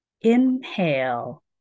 inhale